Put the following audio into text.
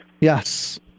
yes